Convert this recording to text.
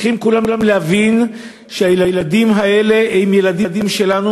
כולם צריכים להבין שהילדים האלה הם ילדים שלנו,